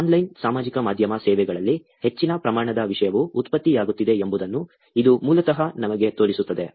online ಸಾಮಾಜಿಕ ಮಾಧ್ಯಮ ಸೇವೆಗಳಲ್ಲಿ ಹೆಚ್ಚಿನ ಪ್ರಮಾಣದ ವಿಷಯವು ಉತ್ಪತ್ತಿಯಾಗುತ್ತಿದೆ ಎಂಬುದನ್ನು ಇದು ಮೂಲತಃ ನಮಗೆ ತೋರಿಸುತ್ತದೆ